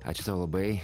ačiū tau labai